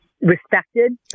respected